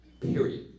Period